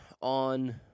on